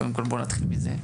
קודם כל בואי נתחיל בזה.